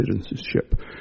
citizenship